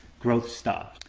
growth stops.